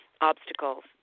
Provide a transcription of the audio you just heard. obstacles